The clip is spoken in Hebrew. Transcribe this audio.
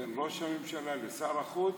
בין ראש הממשלה לשר החוץ,